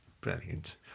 Brilliant